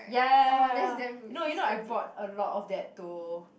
ya ya ya you know you know I bought a lot of that to